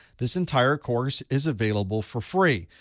this entire course is available for free,